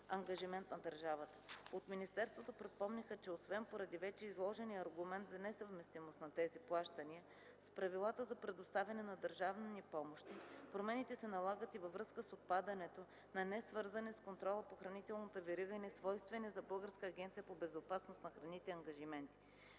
ангажимент на държавата. От министерството припомниха, че освен поради вече изложения аргумент за несъвместимост на тези плащания с правилата за предоставяне на държавни помощи, промените се налагат и във връзка с отпадането на несвързани с контрола по хранителната верига и несвойствени за Българската агенция по безопасност на храните ангажименти.